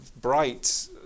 bright